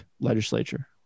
legislature